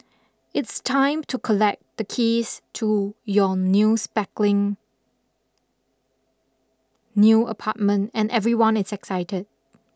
it's time to collect the keys to your new spackling new apartment and everyone is excited